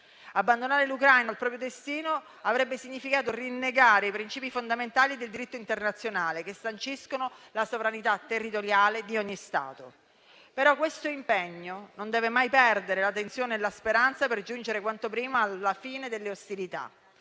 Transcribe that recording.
Abbandonare l'Ucraina al proprio destino avrebbe significato rinnegare i principi fondamentali del diritto internazionale che sanciscono la sovranità territoriale di ogni Stato. Questo impegno, però, non deve mai perdere la tensione e la speranza per giungere quanto prima alla fine delle ostilità.